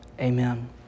Amen